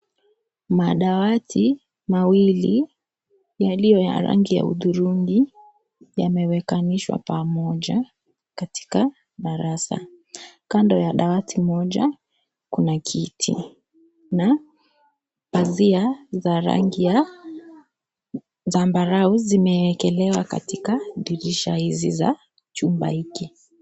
Madawati mawili yaliyo ya rangi ya hudhurungi yamewekanishawa pamoja katika darasa. Kando ya dawati moja kuna kiti na pazia za rangi ya zabarau zimeekelewa katika dirisha hizi za chuma hiki.